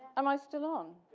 am i still on?